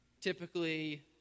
Typically